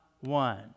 one